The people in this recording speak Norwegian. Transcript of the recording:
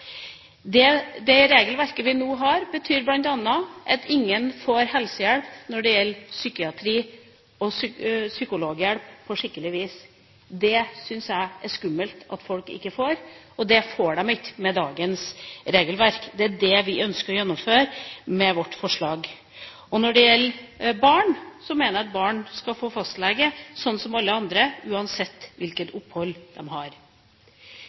Det regelverket vi nå har, betyr bl.a. at ingen får helsehjelp innenfor psykiatri eller psykologhjelp på skikkelig vis. Det syns jeg er skummelt at folk ikke får. Det får de ikke med dagens regelverk. Det er det vi ønsker å gjennomføre med vårt forslag. Når det gjelder barn, mener jeg at barn skal få fastlege sånn som alle andre – uansett hvilket opphold de har.